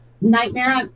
Nightmare